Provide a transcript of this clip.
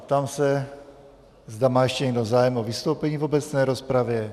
Ptám se, zda má ještě někdo zájem o vystoupení v obecné rozpravě.